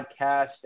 podcast